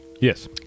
Yes